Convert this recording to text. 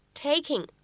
taking